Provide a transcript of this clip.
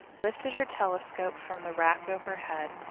lifted her telescope from the rack overhead,